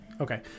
Okay